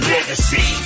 Legacy